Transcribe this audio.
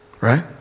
right